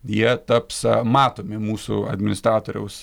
jie taps matomi mūsų administratoriaus